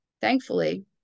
Thankfully